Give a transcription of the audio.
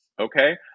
okay